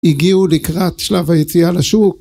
הגיעו לקראת שלב היציאה לשוק